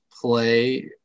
play